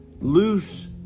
loose